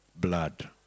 blood